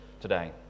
today